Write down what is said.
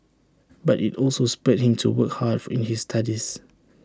but IT also spurred him into work hard in his studies